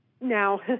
Now